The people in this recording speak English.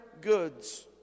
goods